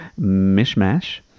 mishmash